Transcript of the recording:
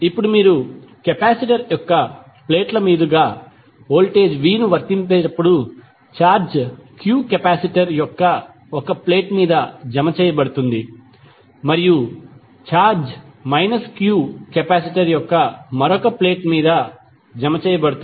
ఇప్పుడు మీరు కెపాసిటర్ యొక్క ప్లేట్ల మీదుగా వోల్టేజ్ v ను వర్తించేటప్పుడు ఛార్జ్ q కెపాసిటర్ యొక్క ఒక ప్లేట్ మీద జమ చేయబడుతుంది మరియు ఛార్జ్ q కెపాసిటర్ యొక్క మరొక ప్లేట్ మీద జమ చేయబడుతుంది